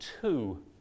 two